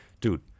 Dude